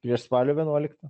prieš spalio vienuoliktą